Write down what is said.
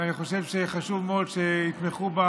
ואני חושב שחשוב מאוד שיתמכו בה